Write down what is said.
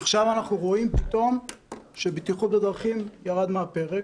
עכשיו אנחנו רואים פתאום שבטיחות בדרכים ירד מן הפרק,